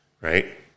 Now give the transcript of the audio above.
right